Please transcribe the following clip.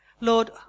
Lord